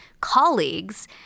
colleagues